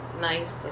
nice